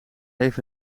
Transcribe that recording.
heeft